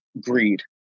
greed